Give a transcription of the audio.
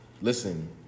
Listen